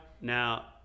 Now